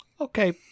Okay